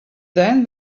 then